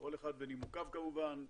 כל אחד ונימוקיו כמובן.